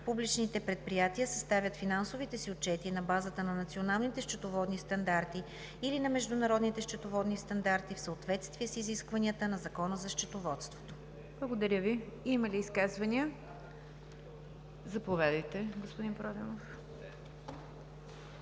Публичните предприятия съставят финансовите си отчети на базата на Националните счетоводни стандарти или на Международните счетоводни стандарти в съответствие с изискванията на Закона за счетоводството.“ ПРЕДСЕДАТЕЛ НИГЯР ДЖАФЕР: Благодаря Ви. Има ли изказвания? Заповядайте, господин Проданов.